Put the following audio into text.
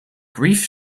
grief